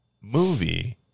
movie